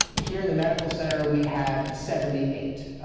here, in the medical center, we have seventy eight.